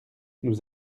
nous